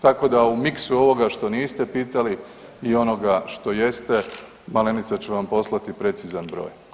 Tako da u miksu ovoga što niste pitali i onoga što jeste, Malenica će vam poslati precizan broj.